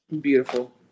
beautiful